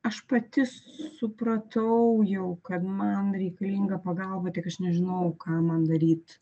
aš pati supratau jau kad man reikalinga pagalba tik aš nežinojau ką man daryt